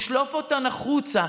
לשלוף אותה החוצה,